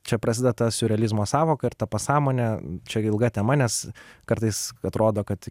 čia prasideda ta siurrealizmo sąvoka ir ta pasąmonė čia ilga tema nes kartais atrodo kad